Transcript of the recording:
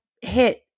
hit